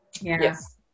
Yes